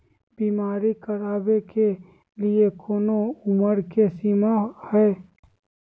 बीमा करावे के लिए कोनो उमर के सीमा है?